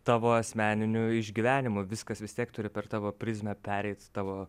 tavo asmeninių išgyvenimų viskas vis tiek turi per tavo prizmę pereit tavo